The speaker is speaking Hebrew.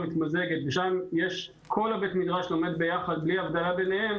מתמזגת וכל בית המדרש לומד ביחד בלי הבדלה ביניהם